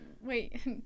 wait